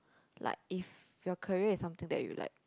like if your career is something that you like